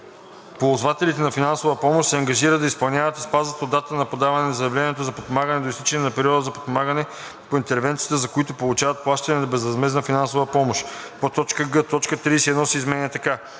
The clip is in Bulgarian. ползвателите на финансова помощ се ангажират да изпълняват и спазват от датата на подаване на заявлението за подпомагане до изтичане на периода за подпомагане по интервенцията, за които получават плащане на безвъзмездна финансова помощ.“; г) точка 31 се изменя така: